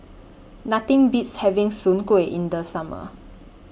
Nothing Beats having Soon Kway in The Summer